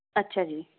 ਅੱਛਾ ਜੀ